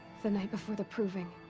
the night before the proving.